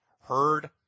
heard